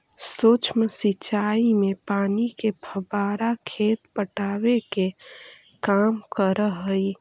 सूक्ष्म सिंचाई में पानी के फव्वारा खेत पटावे के काम करऽ हइ